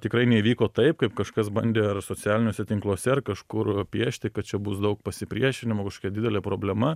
tikrai nevyko taip kaip kažkas bandė ar socialiniuose tinkluose ar kažkur piešti kad čia bus daug pasipriešinimo kažkokia didelė problema